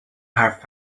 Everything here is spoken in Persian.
حرف